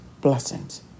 blessings